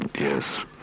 yes